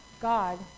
God